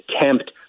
attempt